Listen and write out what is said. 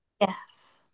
Yes